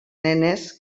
nenes